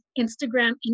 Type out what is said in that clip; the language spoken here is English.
Instagram